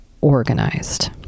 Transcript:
organized